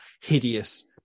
hideous